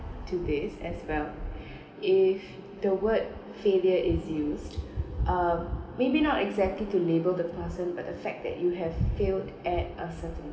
today's as well if the word failure is used uh maybe not exactly to label the person but the fact that you have failed at a certain